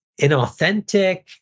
inauthentic